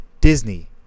Disney